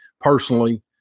personally